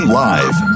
live